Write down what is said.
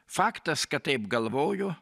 faktas kad taip galvoju